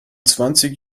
zwanzig